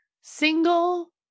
single